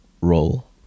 role